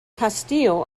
castillo